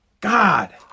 god